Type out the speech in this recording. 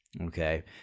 Okay